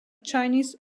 chinese